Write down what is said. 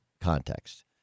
context